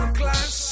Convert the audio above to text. class